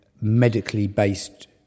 medically-based